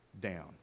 down